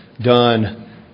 done